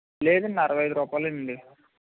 లేదండి అరవై ఐదు రూపాయలేనండి